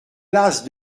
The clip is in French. lasse